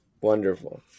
wonderful